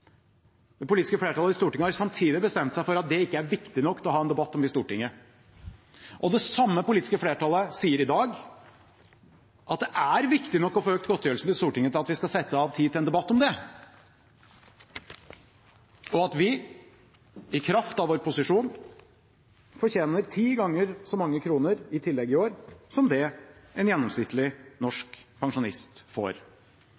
Det politiske flertallet i Stortinget har samtidig bestemt seg for at det ikke er viktig nok til å ha en debatt om i Stortinget. Og det samme politiske flertallet sier i dag at det er viktig nok å få økt godtgjørelsen til Stortinget, til at vi skal sette av tid til en debatt om det, og at vi, i kraft av vår posisjon, fortjener ti ganger så mange kroner i tillegg i år som det en gjennomsnittlig norsk pensjonist får.